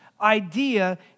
idea